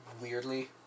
weirdly